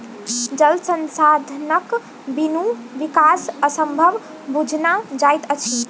जल संसाधनक बिनु विकास असंभव बुझना जाइत अछि